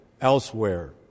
elsewhere